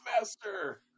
master